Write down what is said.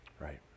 Right